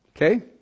Okay